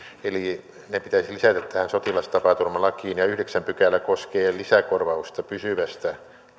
ne pitäisi lisätä tähän sotilastapaturmalakiin yhdeksäs pykälä koskee lisäkorvausta pysyvästä